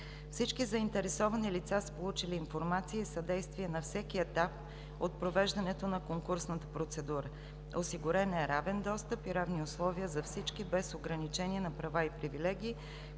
Всички заинтересовани лица са получили информация и съдействие на всеки етап от провеждането на конкурсната процедура. Осигурени са равен достъп и равни условия за всички, без ограничения на права и привилегии,